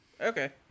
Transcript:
Okay